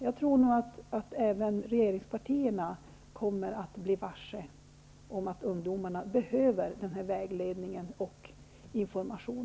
Jag tror att även regeringspartierna kommer att bli varse att ungdomarna behöver denna vägledning och information.